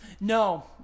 No